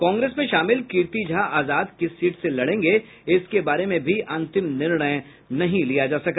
कांग्रेस में शामिल कीर्ति झा आजाद किस सीट से लड़ेंगे इसके बारे में भी अंतिम निर्णय नहीं लिया जा सका